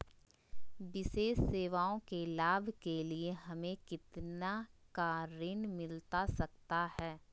विशेष सेवाओं के लाभ के लिए हमें कितना का ऋण मिलता सकता है?